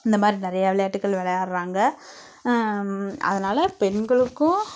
இந்த மாதிரி நிறைய விளையாட்டுகள் விளையாட்றாங்க அதனால பெண்களுக்கும்